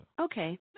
okay